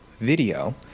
video